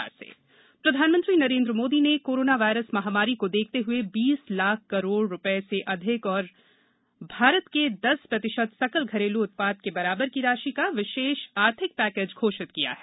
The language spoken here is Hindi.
प्रधानमंत्री राष्ट्र के नाम संदेश प्रधानमंत्री नरेन्द्र मोदी ने कोरोना वॉयरस महामारी को देखते हए बीस लाख करोड रुपये से अधिक और भारत के दस प्रतिशत सकल घरेलू उत्पाद के बराबर की राशि का विशेष आर्थिक पैकेज घोषित किया है